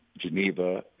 Geneva